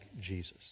Jesus